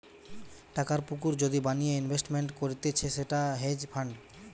টাকার পুকুর যদি বানিয়ে ইনভেস্টমেন্ট করতিছে সেটা হেজ ফান্ড